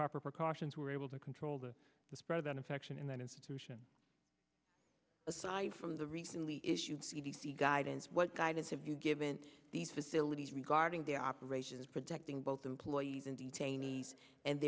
proper precautions were able to control the spread of an infection in that institution aside from the recently issued c d c guidance guidance have you given these facilities regarding the operations protecting both employees and detainee and